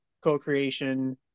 co-creation